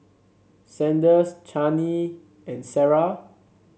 Sanders Chaney and Sarrah